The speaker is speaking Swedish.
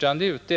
längre tid.